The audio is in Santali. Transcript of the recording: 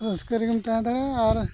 ᱨᱟᱹᱥᱠᱟᱹ ᱨᱮᱜᱮᱢ ᱛᱟᱦᱮᱸ ᱫᱟᱲᱮᱭᱟᱜᱼᱟ ᱟᱨ